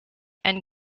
and